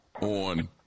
on